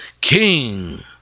king